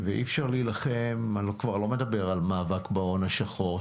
ואי אפשר להילחם אני כבר לא מדבר על מאבק בהון השחור,